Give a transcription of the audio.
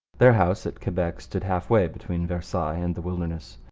their house at quebec stood half-way between versailles and the wilderness.